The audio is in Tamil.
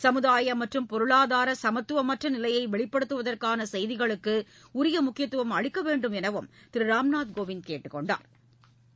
சமுதாய மற்றும் பொருளாதார சமத்துவமற்ற நிலையை வெளிப்படுத்துவதற்கான செய்திகளுக்கு உரிய முக்கியத்துவம் அளிக்க வேண்டும் எனவும் திரு ராம்நாத் கோவிந்த் கேட்டுக்கொண்டாா்